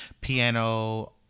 piano